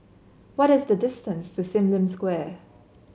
what is the distance to Sim Lim Square